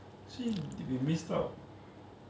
actually did we missed out